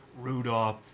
Rudolph